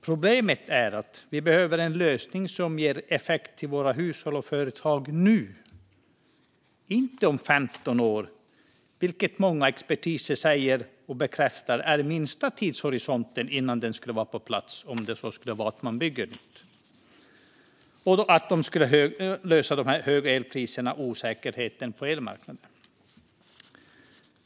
Problemet är att vi behöver en lösning som ger effekt till våra hushåll och företag nu, inte om 15 år, vilket många experter säger är den minsta tidshorisonten innan kärnkraften kan vara på plats om man bygger nytt och den kan lösa problemen med de höga elpriserna och osäkerheten på elmarknaden.